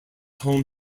home